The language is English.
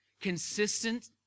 Consistent